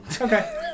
Okay